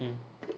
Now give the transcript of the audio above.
mm